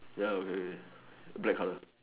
ya okay okay black colour